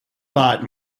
bought